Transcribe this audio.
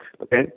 okay